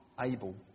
able